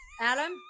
Adam